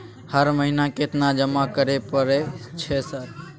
हर महीना केतना जमा करे परय छै सर?